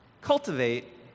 cultivate